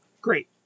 great